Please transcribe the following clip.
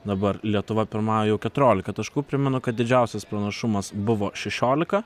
dabar lietuva pirmauja jau keturiolika taškų primenu kad didžiausias pranašumas buvo šešiolika